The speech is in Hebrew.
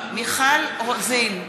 מיכל רוזין,